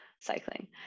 cycling